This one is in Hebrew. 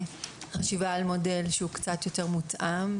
חשיבה על מודל שהוא קצת יותר מותאם.